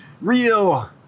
real